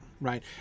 right